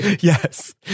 Yes